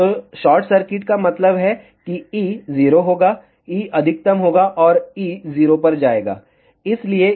तो short circuit का मतलब है कि E 0 होगा E अधिकतम होगा और E 0 पर जाएगा